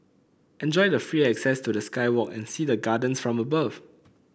enjoy the free access to the sky walk and see the gardens from above